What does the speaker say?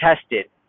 tested